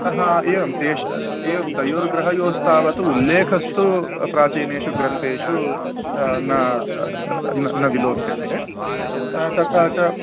हा एवं तेष एवं तयोर्ग्रहयोस्थावत् उल्लेखस्तु प्राचीनेषु ग्रन्थेषु न न विलोक्यते तथा च